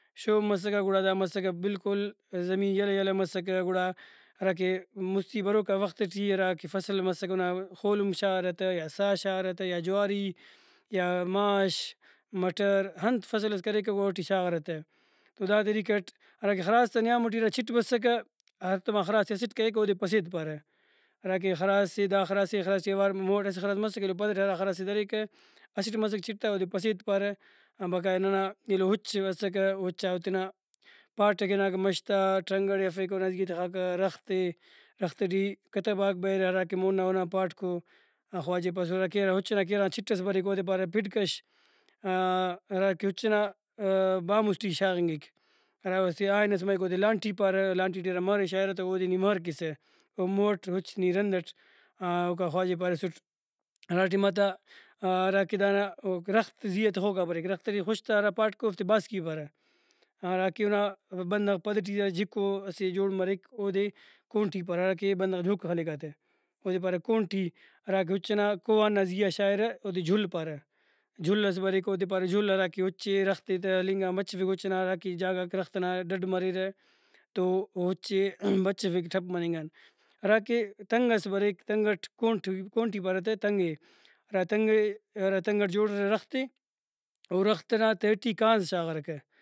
شوم مسکہ گڑا دا مسکہ بالکل زمین یلہ یلہ مسکہ گڑا ہراکہ مُستی بروکا وخت ٹی ہراکہ فصل مسکہ اونا خولم شاغارہ تہ یا سا شاغارہ تہ یا جواری یا ماش مٹر ہنت فصل ئس کریکہ اوٹی شاغارہ ۔تو دا طریقہ اٹ ہراکہ خراس تا نیام ٹی ہرا چِٹ بسکہ ہڑتوما خراس تے اسٹ کریکہ اودے پسید پارہ ہراکہ خراس ئے دا خراس اے خراس ایوار مون اٹ اسہ خراس مسکہ ایلو پدٹ ہرا خراس ئے دریکہ اسٹ مسکہ چٹہ اودے پسید پارہ بقایا ننا ایلو اُچ اسکہ اُچا تینا پاٹ ئکہ مش تا ٹرنگڑ ئے ہرفیکہ اونا زیہا تخاکہ رخت ئے رخت ٹی قتباک بریرہ ہراکہ مون نا اونا پاٹ کو خواجہ ئے پاس ہراکہ ہرا اُچ ئنا کیرہ غان چِٹ ئس بریک اودے پادہ پھڈ کش ہراکہ اُچ ئنا بامُس ٹی شاغنگک ہرا اسہ آہن ئس مریک اودے لانٹی پارہ لانٹی ٹی ہرا مہر شاغرہ تہ اودے نی مہر کیسہ او مہٹ اُچ نی رندٹ اوکا خواجہ ئے پاریسُٹ ہراٹائماتا ہراکہ دا ننا رخت زیہا تخوکا بریک رخت ٹی خُشتہ ہرا پاٹکو اوفتے باسکی پارہ ہراکہ اونا بندغ پد ٹی جِِکو اسہ جوڑ مریک اودے کونٹی مریک ہرا کہ بندغ جھوکہ خلیک ایہاتہ اودے پارہ کونٹی ہراکہ اُچ ئنا کوہان نا زیہا شاغرہ اودے جُل پارہ جُل ئس بریک اودے پارہ جُل ہراکہ اُچے رخت ئے تہ ہلنگان بچفک اُچ ئنا ہراکہ جاگہ غاک رخت ئنا ڈڈ مریرہ تو او اُچے بچفک ٹھپ مننگان ہرا کہ تنگ ئس بریک تنگ اٹ کونٹ کونٹی پارہ تنگ اے ہرا تنگہ اے ہرا تنگہ اٹ جوڑہ رخت ئے او رخت نا تہٹی کانز شاغارکہ